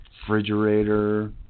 refrigerator